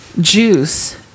juice